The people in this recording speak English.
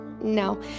no